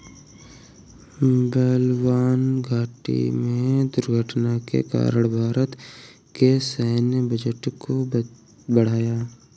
बलवान घाटी में दुर्घटना के कारण भारत के सैन्य बजट को बढ़ाया